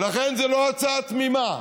ולכן, זו לא הצעה תמימה.